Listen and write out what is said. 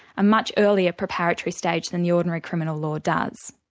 a much earlier preparatory stage than the ordinary criminal law does.